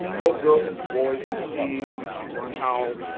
both girls and boys, they see how,